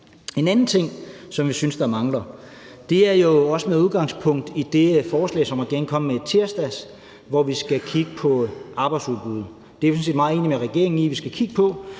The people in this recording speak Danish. En anden ting, som vi synes mangler, tager jo også udgangspunkt i det forslag, som regeringen kom med i tirsdags, om, at vi skal kigge på arbejdsudbuddet. Vi er sådan set meget enige med regeringen i, at vi skal kigge på